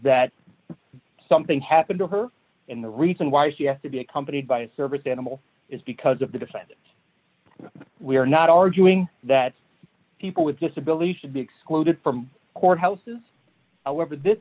that something happened to her and the reason why she has to be accompanied by a service animal is because of the defendant we are not arguing that people with disability should be excluded from courthouses